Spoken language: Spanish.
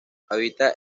habita